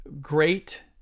great